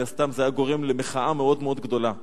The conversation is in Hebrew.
מן הסתם זה היה גורם למחאה מאוד מאוד גדולה.